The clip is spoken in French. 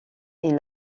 est